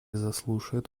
заслушает